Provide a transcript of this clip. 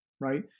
right